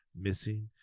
missing